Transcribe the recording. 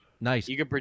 Nice